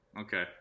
okay